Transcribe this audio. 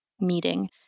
meeting